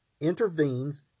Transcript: intervenes